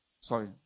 Sorry